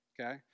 Okay